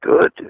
good